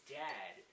dad